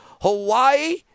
Hawaii